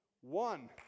one